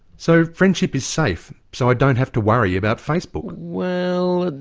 so, friendship is safe? so i don't have to worry about facebook? well,